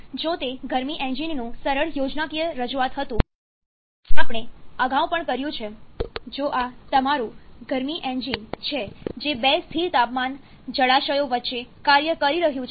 જો તે ગરમી એન્જિનનું સરળ યોજનાકીય રજૂઆત હતું જે આપણે અગાઉ પણ કર્યું છે જો આ તમારું ગરમી એન્જિન છે જે બે સ્થિર તાપમાન જળાશયો વચ્ચે કાર્ય કરી રહ્યું છે